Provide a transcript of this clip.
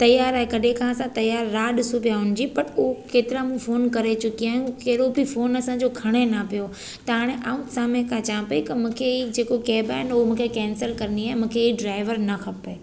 तयार आहे कॾहिं खां असां तयार राह ॾिसूं पिया हुन जी पर उहे केतिरा मूं फ़ोन करे चुकी आहियां हू कहिड़ो बि फ़ोन असांजो खणे न पियो त हाणे आउं साम्हूं खां चयां पेई की मूंखे ई जेको केब आहे न उहो मूंखे कैंसल करिणी आहे मूंखे इहो ड्रायवर न खपे